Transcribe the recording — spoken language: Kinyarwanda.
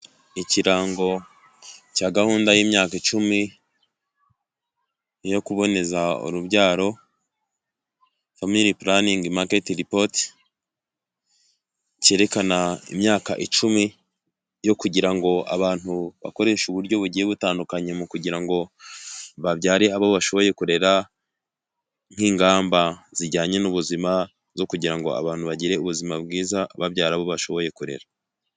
Ikirango cya gahunda y'imyaka icumi yo kuboneza urubyaro famili pulaningi maketi ripoti cyerekana imyaka icumi yo kugira ngo abantu bakoreshe uburyo bugiye butandukanye mu kugira ngo babyare abo bashoboye kurera nk'ingamba zijyanye n'ubuzima zo kugira ngo abantu bagire ubuzima bwiza babyara abo bashoboye kurera.